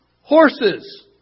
horses